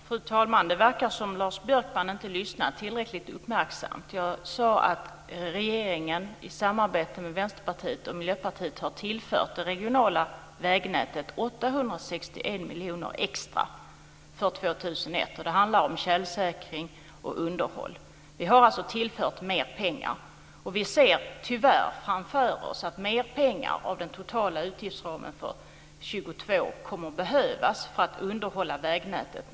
Fru talman! Det verkar som om Lars Björkman inte lyssnar tillräckligt uppmärksamt. Jag sade att regeringen i samarbete med Vänsterpartiet och Miljöpartiet har tillfört det regionala vägnätet 861 miljoner extra för 2001. Det handlar om tjälsäkring och underhåll. Vi har alltså tillfört mer pengar. Vi ser tyvärr framför oss att mer pengar av den totala utgiftsramen för utgiftsområde 22 kommer att behövas för att underhålla vägnätet.